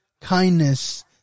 kindness